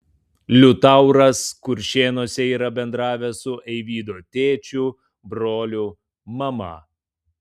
liutauras kuršėnuose yra bendravęs su eivydo tėčiu broliu mama